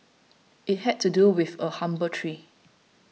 it had to do with a humble tree